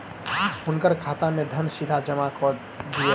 हुनकर खाता में धन सीधा जमा कअ दिअ